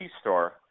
Store